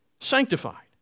sanctified